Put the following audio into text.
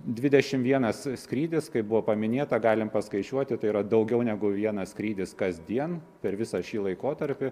dvidešim vienas skrydis kaip buvo paminėta galim paskaičiuoti tai yra daugiau negu vienas skrydis kasdien per visą šį laikotarpį